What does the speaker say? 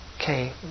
Okay